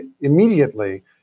immediately